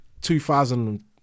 2000